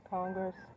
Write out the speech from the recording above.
Congress